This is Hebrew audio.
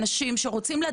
כל לוקחים לא לוקחים,